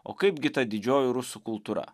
o kaipgi ta didžioji rusų kultūra